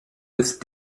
with